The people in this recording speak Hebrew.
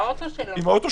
עם האוטו שהגיע.